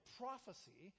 prophecy